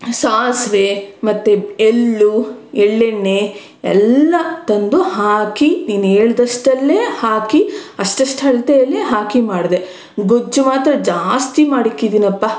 ಸಾಸಿವೆ ಮತ್ತು ಎಳ್ಳು ಎಳ್ಳೆಣ್ಣೆ ಎಲ್ಲ ತಂದು ಹಾಕಿ ನೀನು ಹೇಳ್ದಷ್ಟಲ್ಲೇ ಹಾಕಿ ಅಷ್ಟು ಅಷ್ಟು ಅಳ್ತೆಯಲ್ಲೇ ಹಾಕಿ ಮಾಡಿದೆ ಗೊಜ್ಜು ಮಾತ್ರ ಜಾಸ್ತಿ ಮಾಡಿಕ್ಕಿದ್ದೀನಪ್ಪ